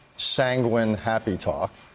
sanguine, happy talk.